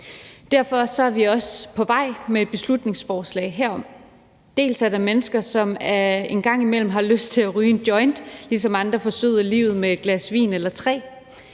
Derfor er vi også på vej med et beslutningsforslag herom. Der er mennesker, som en gang imellem har lyst til at ryge en joint, ligesom andre forsøder livet med et glas vin eller tre.